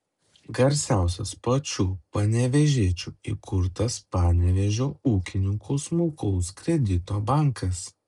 garsiausias pačių panevėžiečių įkurtas panevėžio ūkininkų smulkaus kredito bankas